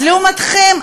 אז לעומתכם,